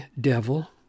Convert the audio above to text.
devil